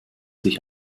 sich